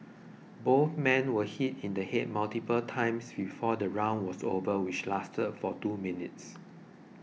both men were hit in the head multiple times before the round was over which lasted for two minutes